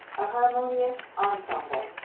a harmonious ensemble,